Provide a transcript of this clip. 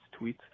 tweets